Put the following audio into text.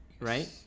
right